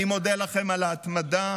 אני מודה לכם על ההתמדה,